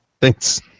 Thanks